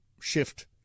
Shift